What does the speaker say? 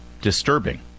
disturbing